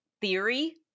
theory